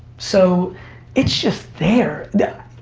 so it's just there, yeah